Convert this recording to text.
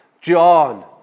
John